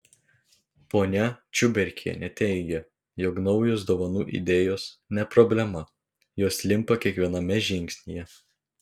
ponia čiuberkienė teigia jog naujos dovanų idėjos ne problema jos limpa kiekviename žingsnyje